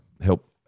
help